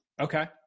Okay